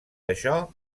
això